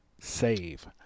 Save